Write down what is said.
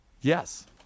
Yes